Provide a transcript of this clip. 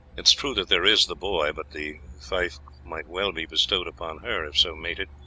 it is true that there is the boy, but the fief might well be bestowed upon her if so mated,